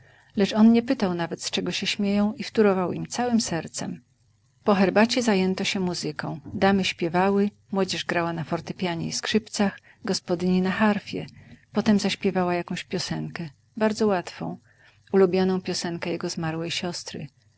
lecz on nie pytał nawet z czego się śmieją i wtórował im całem sercem po herbacie zajęto się muzyką damy śpiewały młodzież grała na fortepianie i skrzypcach gospodyni na harfie potem zaśpiewała jakąś piosenkę bardzo łatwą ulubioną piosenkę jego zmarłej siostry